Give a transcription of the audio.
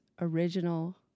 original